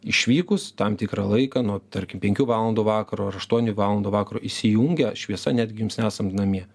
išvykus tam tikrą laiką nuo tarkim penkių valandų vakaro ar aštuonių valandų vakaro įsijungia šviesa netgi jums nesant namie